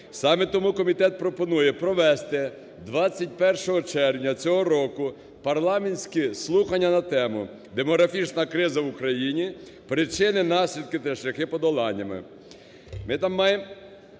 Саме тому комітет пропонує провести 21 червня цього року парламентські слухання на тему: "Демографічна криза в Україні: причини, наслідки та шляхи подолання".